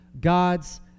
God's